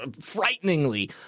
frighteningly